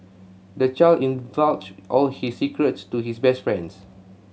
the child all his secrets to his best friends